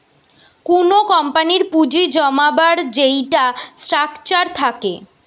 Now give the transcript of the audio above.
কুনো কোম্পানির পুঁজি জমাবার যেইটা স্ট্রাকচার থাকে